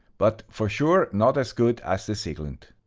but for sure not as good as the siglent.